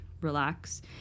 relax